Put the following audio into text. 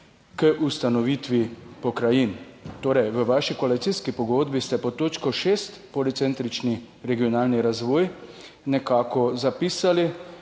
k ustanovitvi pokrajin? V vaši koalicijski pogodbi ste pod točko šest Policentrični regionalni razvoj nekako zapisali,